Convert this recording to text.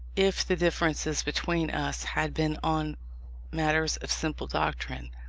if the differences between us had been on matters of simple doctrine.